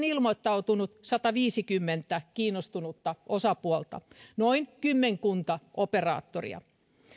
ilmoittautunut sataviisikymmentä kiinnostunutta osapuolta noin kymmenkunta operaattoria